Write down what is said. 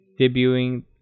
debuting